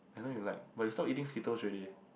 I know you like but you stop eating Skittles already